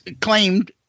claimed